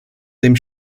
dem